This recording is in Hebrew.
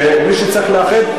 שמי שצריך לאחד,